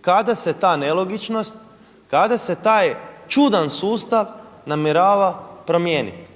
kada se ta nelogičnost, kada se taj čudan sustav namjerava promijeniti?